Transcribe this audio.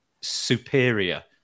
superior